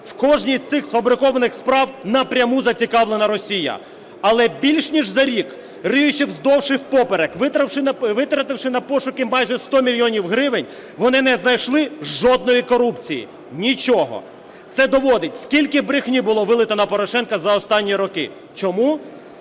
В кожній з цих сфабрикованих справ напряму зацікавлена Росія. Але більш ніж за рік, риючи вздовж і впоперек, витративши на пошуки майже 100 мільйонів гривень, вони не знайшли жодної корупції, нічого. Це доводить, скільки брехні було вилито на Порошенка за останні роки. Чому?